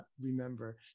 remember